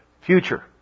Future